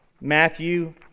Matthew